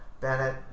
Bennett